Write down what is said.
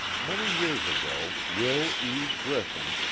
many years ago, will e. griffin,